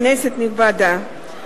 כנסת נכבדה,